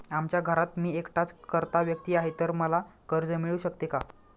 आमच्या घरात मी एकटाच कर्ता व्यक्ती आहे, तर मला कर्ज मिळू शकते का?